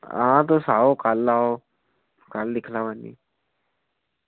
आं तुस आओ कल्ल आओ कल्ल दिक्खी लैओ आनियै